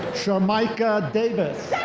sharmeika davis.